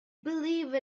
believe